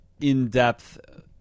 in-depth